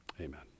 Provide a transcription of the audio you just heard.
Amen